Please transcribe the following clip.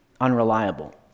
unreliable